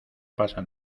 pasa